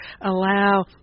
allow